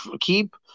keep